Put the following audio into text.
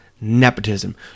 nepotism